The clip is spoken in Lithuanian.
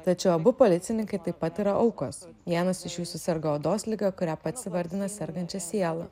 tačiau abu policininkai taip pat yra aukos vienas iš jų suserga odos liga kurią pats įvardina sergančia siela